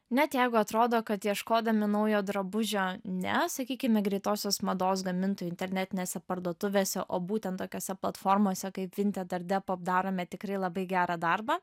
net jeigu atrodo kad ieškodami naujo drabužio ne sakykime greitosios mados gamintojų internetinėse parduotuvėse o būtent tokiose platformose kaip vinted ar depop darome tikrai labai gerą darbą